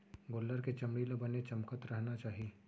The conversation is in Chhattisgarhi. गोल्लर के चमड़ी ल बने चमकत रहना चाही